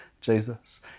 Jesus